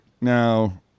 Now